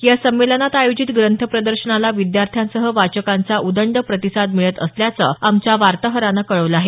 या संमेलनात आयोजित ग्रंथ प्रदर्शनाला विद्यार्थ्यांसह वाचकांचा उदंड प्रतिसाद मिळत असल्याचं आमच्या वार्ताहरानं कळवलं आहे